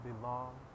belong